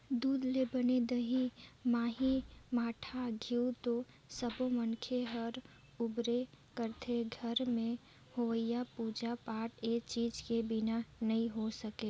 दूद ले बने दही, मही, मठा, घींव तो सब्बो मनखे ह बउरबे करथे, घर में होवईया पूजा पाठ ए चीज के बिना नइ हो सके